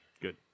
Good